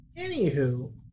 anywho